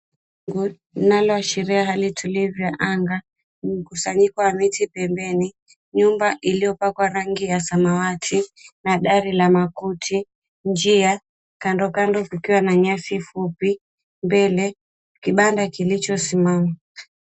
Linaloashiria hali tulivu ya anga, mkusanyiko wa miti pembeni, nyumba iliyopakwa rangi ya samawati na dari la makuti, njia kandokando kukiwa na nyasi fupi, mbele kibanda kilichosimama.